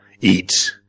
eat